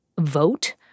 vote